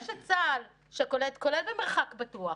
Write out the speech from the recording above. יש את צה"ל, שקולט, כולל במרחק בטוח.